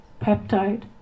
peptide